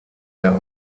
der